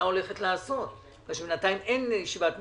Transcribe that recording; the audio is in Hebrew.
הולכת לעשות בגלל שבינתיים אין ישיבת ממשלה.